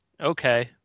okay